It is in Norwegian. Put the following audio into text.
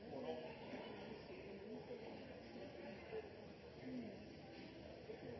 ordet er